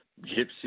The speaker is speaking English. Gypsy